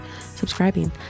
subscribing